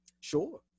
Sure